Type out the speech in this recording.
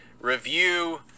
review